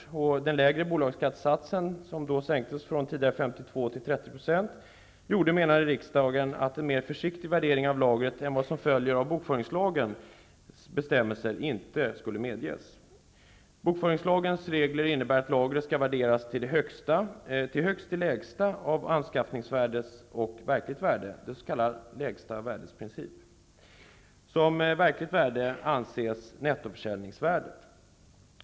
Riksdagen menade att den lägre bolagsskattesatsen -- skattesatsen sänktes från tidigare 52 % till 30 %-- gjorde att en mer försiktig värdering av lagret än vad som följer av bokföringslagens bestämmelser inte skulle medges. Bokföringslagen regler innebär att lagret skall värderas till högst det lägsta av anskaffningsvärde och verkligt värde -- lägsta värdets princip. Som verkligt värde anses nettoförsäljningsvärdet.